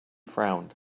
frowned